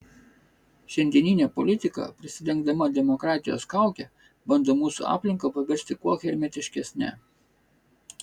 šiandieninė politika prisidengdama demokratijos kauke bando mūsų aplinką paversti kuo hermetiškesne